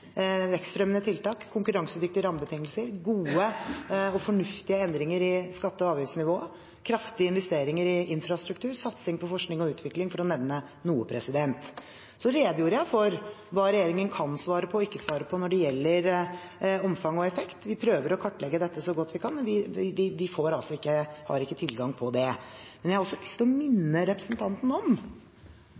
vekstfremmende tiltak, konkurransedyktige rammebetingelser, gode og fornuftige endringer i skatte- og avgiftsnivået, kraftige investeringer i infrastruktur, satsing på forskning og utvikling – for å nevne noe. Så redegjorde jeg for hva regjeringen kan og ikke kan svare på når det gjelder omfang og effekt. Vi prøver å kartlegge dette så godt vi kan, men vi har ikke tilgang til det. Nå er det sukkeravgiften som ligger Senterpartiets hjerte nær, men jeg har lyst til å minne representanten om